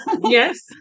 Yes